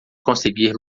conseguir